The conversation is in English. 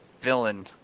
villain